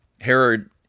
Herod